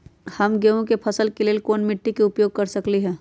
हम गेंहू के फसल के लेल कोन मिट्टी के उपयोग कर सकली ह?